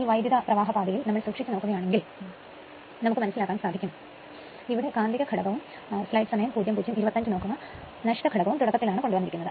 ഈ വൈദ്യുതപ്രവാഹപാതയിൽ നമ്മൾ സൂക്ഷിച്ചു നോക്കുകയാണെങ്കിൽ നമുക്ക് മനസിലാക്കാൻ സാധിക്കും ഇവിടെ കാന്തിക ഘടകവും എന്ന് അറിയപ്പെടുന്നു